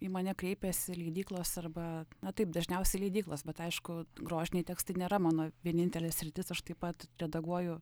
į mane kreipiasi leidyklos arba na taip dažniausiai leidyklos bet aišku grožiniai tekstai nėra mano vienintelė sritis aš taip pat redaguoju